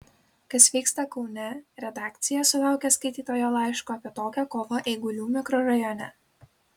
kas vyksta kaune redakcija sulaukė skaitytojo laiško apie tokią kovą eigulių mikrorajone